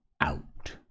out